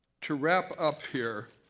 to wrap up here,